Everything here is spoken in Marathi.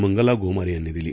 मंगला गोमारे यांनी दिली